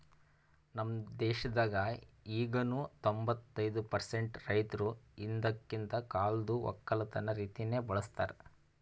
ನಮ್ ದೇಶದಾಗ್ ಈಗನು ತೊಂಬತ್ತೈದು ಪರ್ಸೆಂಟ್ ರೈತುರ್ ಹಿಂದಕಿಂದ್ ಕಾಲ್ದು ಒಕ್ಕಲತನ ರೀತಿನೆ ಬಳ್ಸತಾರ್